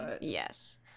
Yes